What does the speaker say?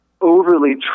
overly